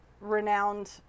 renowned